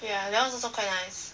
yeah that [one]'s also quite nice